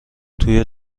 توی